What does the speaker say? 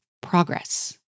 progress